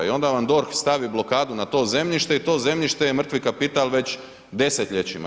I onda vam DORH stavi blokadu na to zemljište i to zemljište je mrtvi kapital već desetljećima.